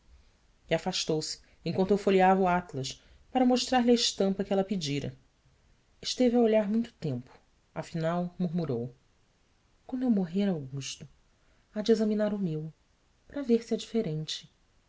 afastou-se enquanto eu folheava o atlas para mostrar-lhe a estampa que ela pedira esteve a olhar muito tempo afinal murmurou uando eu morrer augusto há de examinar o meu para ver se é diferente